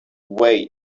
wait